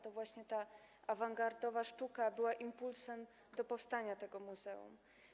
To właśnie awangardowa sztuka była impulsem do powstania tego muzeum.